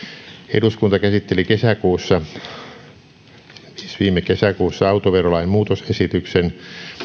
eduskunta käsitteli kesäkuussa siis viime kesäkuussa autoverolain muutosesityksen